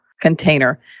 container